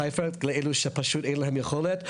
בחיפה לאלה שפשוט אין להם יכולת,